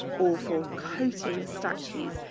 or for coating statues.